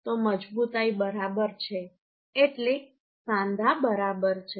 તો મજબૂતાઈ બરાબર છે એટલે સાંધા બરાબર છે